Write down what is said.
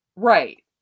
right